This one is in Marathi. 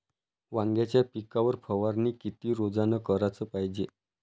वांग्याच्या पिकावर फवारनी किती रोजानं कराच पायजे?